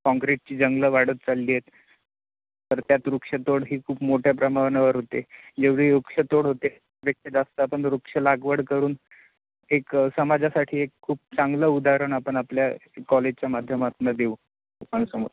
कॉन्ग्रेसची जंगलं वाढत चालली आहेत तर त्यात वृक्षतोड ही खूप मोठ्या प्रमाणावर होते जेवढी वृक्षतोड होते त्यापेक्षा जास्त आपण वृक्ष लागवड करून एक समाजासाठी एक खूप चांगलं उदाहरण आपण आपल्या कॉलेजच्या माध्यमातनं देऊ लोकांसमोर